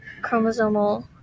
chromosomal